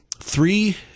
three